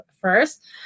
first